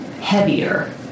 heavier